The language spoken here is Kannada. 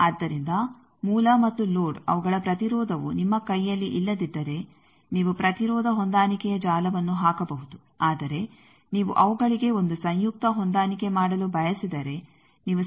ಆದ್ದರಿಂದ ಮೂಲ ಮತ್ತು ಲೋಡ್ ಅವುಗಳ ಪ್ರತಿರೋಧವು ನಿಮ್ಮ ಕೈಯಲ್ಲಿ ಇಲ್ಲದಿದ್ದರೆ ನೀವು ಪ್ರತಿರೋಧ ಹೊಂದಾಣಿಕೆಯ ಜಾಲವನ್ನು ಹಾಕಬಹುದು ಆದರೆ ನೀವು ಅವುಗಳಿಗೆ ಒಂದು ಸಂಯುಕ್ತ ಹೊಂದಾಣಿಕೆ ಮಾಡಲು ಬಯಸಿದರೆ ನೀವು ಸರಿಯಾದ ಎಲ್ಸಿ ಜಾಲವನ್ನು ಹಾಕಬಹುದು